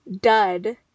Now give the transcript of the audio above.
dud